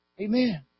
Amen